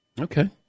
Okay